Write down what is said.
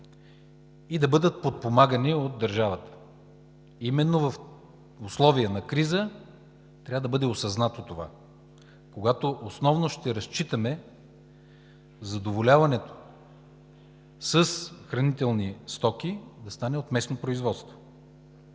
и да бъдат подпомагани от държавата. Именно в условия на криза трябва да бъде осъзнато това, когато основно ще разчитаме задоволяването с хранителни стоки да стане от местно производство.